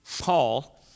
Paul